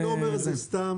אני לא אומר את זה סתם